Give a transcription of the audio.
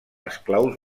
esclaus